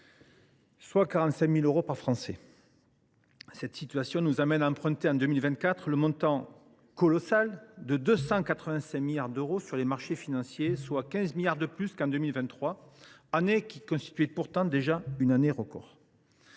soit 45 000 euros par Français. Cette situation nous amène à emprunter en 2024 le montant colossal de 285 milliards d’euros sur les marchés financiers, soit 15 milliards de plus qu’en 2023, qui était pourtant une année record.